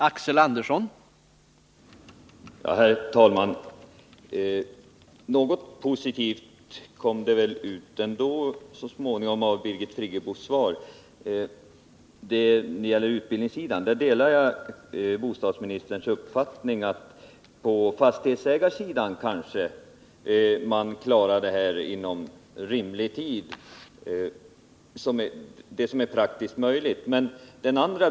Herr talman! Något positivt kom det väl ändå så småningom ut av Birgit Friggebos svar. När det gäller utbildningen delar jag bostadsministerns uppfattning att man på fastighetsägarsidan kanske klarar det som är praktiskt möjligt inom rimlig tid.